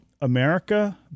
America